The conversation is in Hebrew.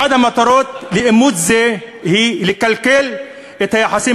אחת המטרות של אימוץ זה היא לקלקל את היחסים